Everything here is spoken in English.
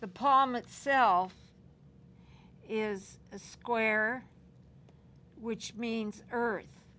the pom itself is a square which means earth